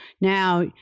now